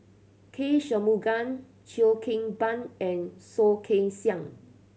K Shanmugam Cheo Kim Ban and Soh Kay Siang